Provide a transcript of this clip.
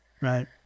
Right